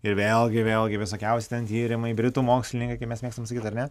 ir vėlgi vėlgi visokiausi ten tyrimai britų mokslininkai kaip mes mėgstam sakyt ar ne